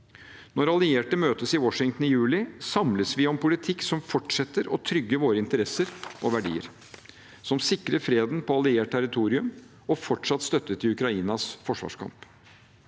Når allierte møtes i Washington i juli, samles vi om politikk som fortsetter å trygge våre interesser og verdier, og som sikrer freden på alliert territorium og fortsatt støtte til Ukrainas forsvarskamp.